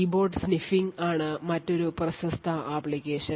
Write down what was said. keyboard sniffing ആണ് മറ്റൊരു പ്രശസ്ത ആപ്ലിക്കേഷൻ